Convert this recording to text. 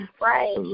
right